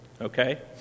Okay